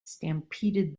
stampeded